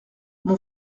mon